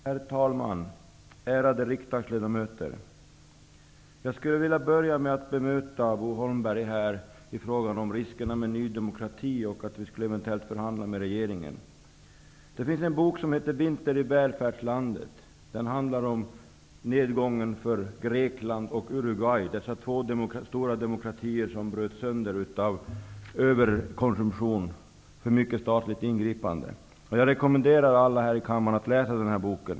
Herr talman! Ärade riksdagsledamöter! Jag vill börja med att bemöta Bo Holmberg när det gäller riskerna med Ny demokrati och att Ny demokrati eventuellt förhandlar med regeringen. Det finns en bok som heter Vinter i välfärdslandet. Den handlar om nedgången för Grekland och Uruguay -- två stora demokratier som bröts sönder av överkonsumtion och av för stort statligt ingripande. Jag rekommenderar alla här i kammaren att läsa denna bok.